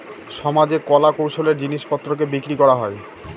সমাজে কলা কৌশলের জিনিস পত্রকে বিক্রি করা হয়